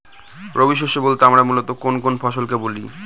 রবি শস্য বলতে আমরা মূলত কোন কোন ফসল কে বলি?